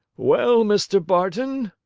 well, mr. barton,